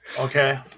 Okay